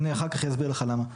אני אחר כך אסביר לך למה.